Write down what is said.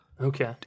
okay